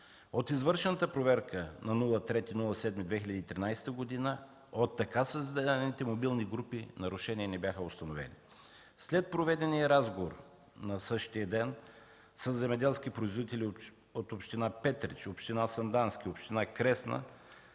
От извършената проверка на 3 юли 2013 г. от така създадените мобилни групи, нарушения не бяха установени. След проведения разговор със земеделски производители от община Петрич, община Сандански и община Кресна,